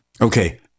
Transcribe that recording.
okay